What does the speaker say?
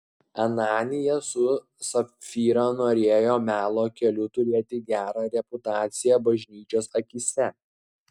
ananijas su sapfyra norėjo melo keliu turėti gerą reputaciją bažnyčios akyse